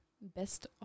best